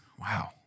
Wow